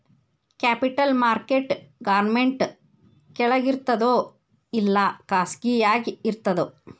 Capital market government ಕೆಳಗಿರ್ತದೋ ಇಲ್ಲಾ ಖಾಸಗಿಯಾಗಿ ಇರ್ತದೋ?